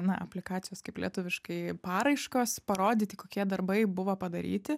na aplikacijos kaip lietuviškai paraiškos parodyti kokie darbai buvo padaryti